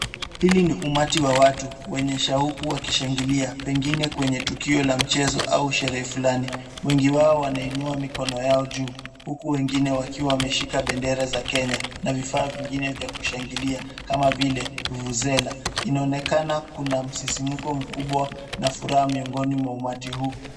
Hili ni umati wa watu, wenye shauku wakishangilia. Pengine kwenye tukio la mchezo au sherehe fulani. Wengi wao wanainua mikono yao juu, huku wengine wakiwa wameshika bendera za Kenya na vifaa vingine vya kushangilia kama vile vuvuzela. Inaonekana kuna msisimuko mkubwa miongoni mwa umati huu.